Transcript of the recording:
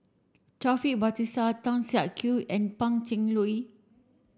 Taufik Batisah Tan Siak Kew and Pan Cheng Lui